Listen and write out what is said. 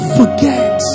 forget